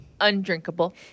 undrinkable